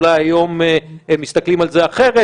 אולי היום מסתכלים על זה אחרת,